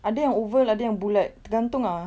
ada yang oval ada yang bulat tergantung ah